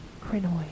crinoid